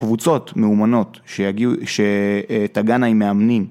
קבוצות מאומנות שתגענה עם מאמנים